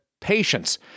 patience